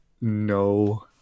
no